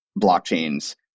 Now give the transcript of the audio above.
blockchains